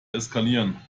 eskalieren